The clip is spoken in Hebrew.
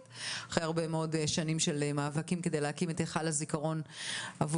אחרי הרבה מאוד שנים מאבקים כדי להקים את היכל הזיכרון עבור